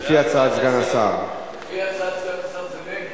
לפי הצעת סגן השר זה נגד.